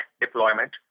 deployment